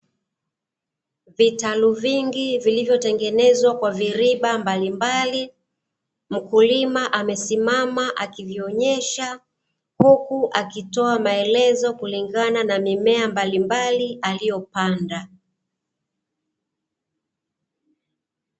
Vitalu vingi vilivyotengenezwa kwa viriba mbalimbali. Mkulima amesimama akivionyesha, huku akitoa maelezo kulingana na mimea mbalimbali aliyopanda.